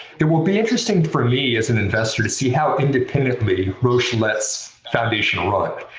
it will be interesting for me as an investor to see how independently roche lets foundation run.